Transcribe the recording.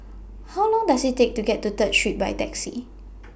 How Long Does IT Take to get to Third Street By Taxi